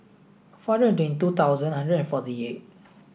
four hundred twenty two thousand hundred forty eight